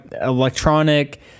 electronic